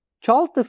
Charles